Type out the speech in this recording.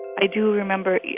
i do remember